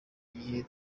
gihe